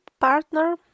partner